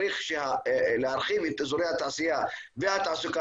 צריך להרחיב את אזורי התעשייה והתעסוקה